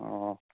ꯑꯣ